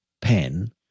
pen